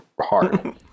hard